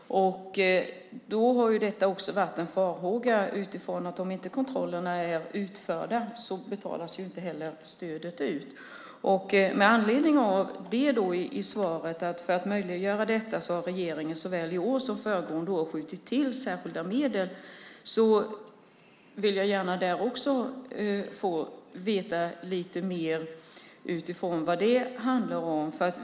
Det har varit en farhåga att stödet inte betalas ut om kontrollerna inte är utförda. I svaret står: "För att möjliggöra detta har regeringen såväl i år som föregående år skjutit till särskilda medel." Jag vill gärna få veta lite mer om vad det handlar om.